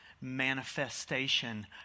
manifestation